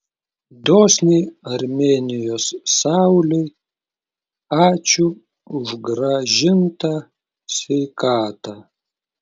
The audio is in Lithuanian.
dosniai armėnijos saulei ačiū už grąžintą sveikatą